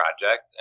project